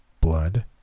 Blood